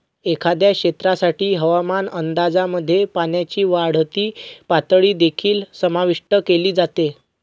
एखाद्या क्षेत्रासाठी हवामान अंदाजामध्ये पाण्याची वाढती पातळी देखील समाविष्ट केली जाते